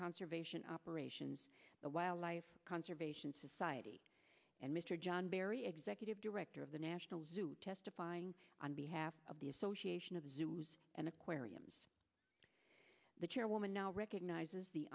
conservation operations the wildlife conservation society and mr john barry executive director of the national zoo testifying on behalf of the association of zoos and aquariums the chairwoman now recognizes the